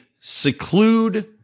seclude